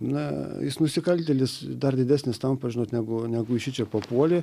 na jis nusikaltėlis dar didesnis tampa žinot negu negu šičia papuolė